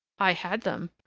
i had them.